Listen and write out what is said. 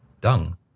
dung